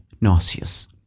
Nauseous